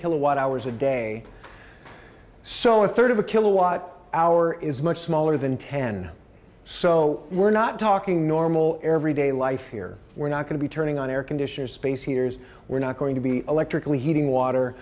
kilowatt hours a day so a third of a kilowatt hour is much smaller than ten so we're not talking normal everyday life here we're not going to be turning on air conditioners space heaters we're not going to be electrically heating water